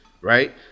right